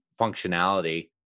functionality